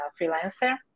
freelancer